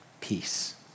peace